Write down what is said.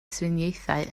triniaethau